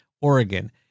Oregon